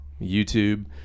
YouTube